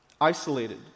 Isolated